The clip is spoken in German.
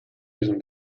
diesem